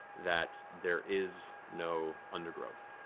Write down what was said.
that there is no undergrowth.